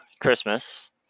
Christmas